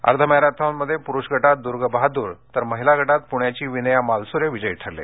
अर्ध मॅरेथॉनमध्ये पुरुष गटात दुर्ग बहादूर तर महिला गटात पुण्याची विनया मालुसरे विजयी ठरले